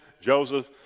Joseph